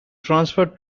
transfer